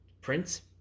prince